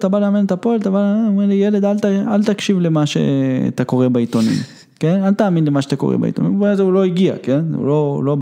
תבוא לאמן את הפועל, תבוא לאמן לי ילד, אל תקשיב למה שאתה קורא בעיתונאים, כן, אל תאמין למה שאתה קורא בעיתונאים, והוא לא הגיע, כן, הוא לא בא.